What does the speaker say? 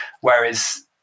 whereas